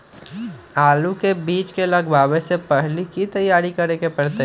आलू के बीज के लगाबे से पहिले की की तैयारी करे के परतई?